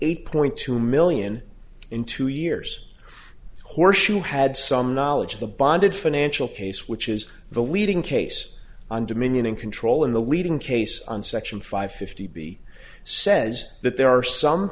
eight point two million in two years horseshoe had some knowledge of the bonded financial case which is the leading case on dominion and control in the leading case on section five fifty b says that there are some